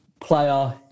player